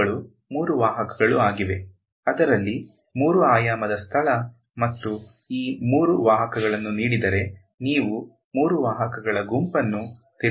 ಇವುಗಳು 3 ವಾಹಕಗಳು ಆಗಿವೆ ಅದರಲ್ಲಿ 3 ಆಯಾಮದ ಸ್ಥಳ ಮತ್ತು ಈ 3 ವಾಹಕಗಳನ್ನು ನೀಡಿದರೆ ನೀವು 3 ವಾಹಕಗಳ ಗುಂಪನ್ನು ನಿರ್ಮಿಸಬಹುದೇ